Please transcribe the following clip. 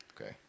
Okay